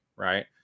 Right